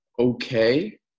Okay